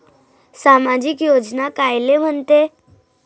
सामाजिक योजना कायले म्हंते?